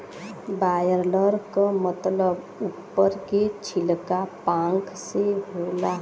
broiler क मतलब उप्पर के छिलका पांख से होला